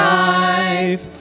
life